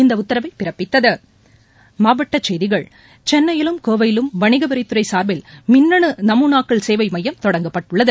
இந்தஉத்தரவைபிறப்பித்தது மாவட்டசெய்திகள் சென்னையிலும் கோவையிலும் வணிகவரித்துறைசா்பில் மின்னணு நமூனாக்கள் சேவைமையம் தொடங்கப்பட்டுள்ளது